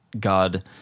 God